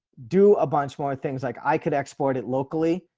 do a bunch more things like i could export it locally,